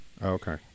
Okay